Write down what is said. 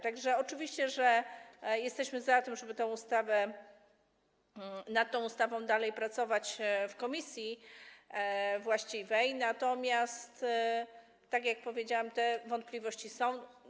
Tak że oczywiście jesteśmy za tym, żeby nad tą ustawą dalej pracować w komisji właściwej, natomiast, tak jak powiedziałam, te wątpliwości są.